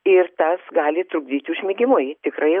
ir tas gali trukdyti užmigimui tikrai